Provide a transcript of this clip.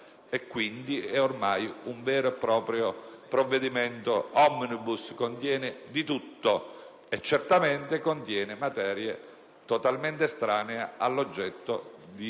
Quindi, ormai è un vero e proprio provvedimento *omnibus*. Contiene di tutto! Certamente contiene materie totalmente estranee all'oggetto